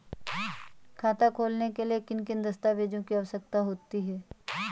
खाता खोलने के लिए किन दस्तावेजों की आवश्यकता होती है?